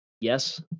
Yes